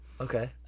Okay